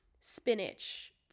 spinach